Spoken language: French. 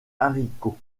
haricots